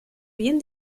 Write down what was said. bien